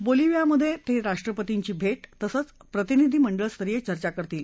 बोलिव्हियामध्ये ते राष्ट्रपतींशी थेट तसेच प्रतिनिधी मंडळ स्तरीय चर्चा करतील